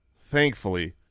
thankfully